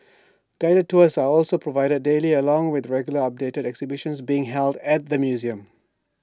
guided tours are also provided daily along with regularly updated exhibitions being held at the museum